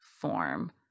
form